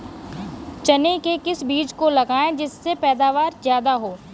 चने के किस बीज को लगाएँ जिससे पैदावार ज्यादा हो?